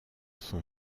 son